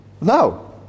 No